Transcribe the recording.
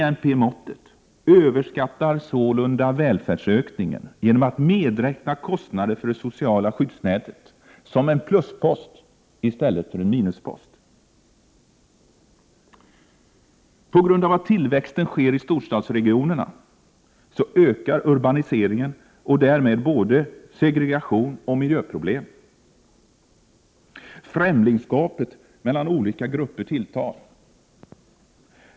BNP-måttet överskattar sålunda välfärdsökningen genom att medräkna kostnader för det sociala skyddsnätet som en pluspost i stället för en minuspost. På grund av att tillväxten sker i storstadsregionerna ökar urbaniseringen och därmed både segregation och miljöproblem. Främlingskapet mellan olika grupper tilltar.